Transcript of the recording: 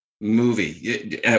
movie